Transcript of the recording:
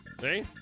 See